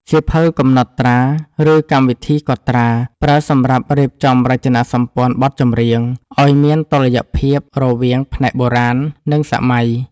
សៀវភៅកំណត់ត្រា ឬកម្មវិធីកត់ត្រា ប្រើសម្រាប់រៀបចំរចនាសម្ព័ន្ធបទចម្រៀង ឱ្យមានតុល្យភាពរវាងផ្នែកបុរាណ និងសម័យ។